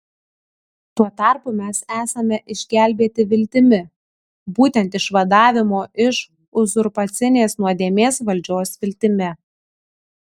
tuo tarpu mes esame išgelbėti viltimi būtent išvadavimo iš uzurpacinės nuodėmės valdžios viltimi